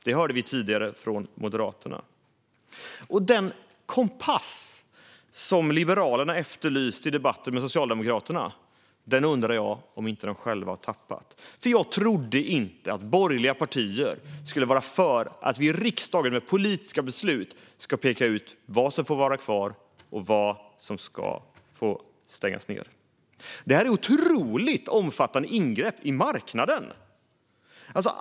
Det hörde vi tidigare från Moderaterna. Den kompass som Liberalerna efterlyste hos Socialdemokraterna undrar jag om de inte själva har tappat. Jag trodde nämligen inte att borgerliga partier skulle vara för att vi i riksdagen med politiska beslut ska peka ut vad som får vara kvar och vad som ska stängas ned. Det här handlar om otroligt omfattande ingrepp i marknaden.